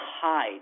hide